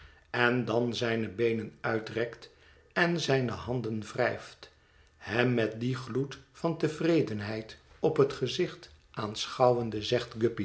en dan zijne beenen uitrekt en zijne handen wrijft hem met dien gloed van tevredenheid op het gezicht aanschouwende zegt